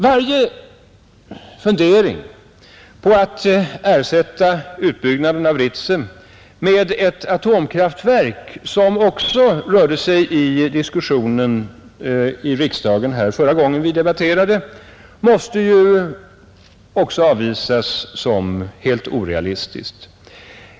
Varje fundering på att ersätta utbyggnaden av Ritsem med ett atomkraftverk — som också förekom i diskussionen i riksdagen förra gången vi debatterade frågan — måste också avvisas som helt orealistisk.